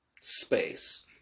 space